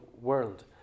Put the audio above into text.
world